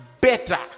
better